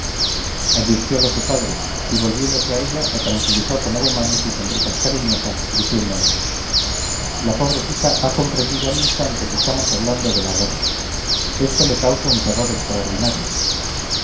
palabra advirtiolo su padre y volviéndose a ella la tranquilizó con ademanes y sonrisas cariñosas diciéndome la pobrecita ha comprendido al instante que estamos hablando de la guerra esto le causa un terror extraordinario